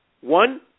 One